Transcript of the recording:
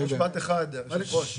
משפט אחד, היושב-ראש.